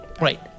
Right